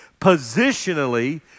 positionally